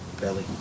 Belly